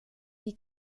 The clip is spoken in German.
die